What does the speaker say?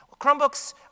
Chromebooks